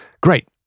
Great